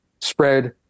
spread